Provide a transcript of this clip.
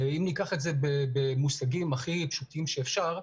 אם ניקח את זה במושגים הכי פשוטים שאפשר,